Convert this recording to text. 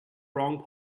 wrong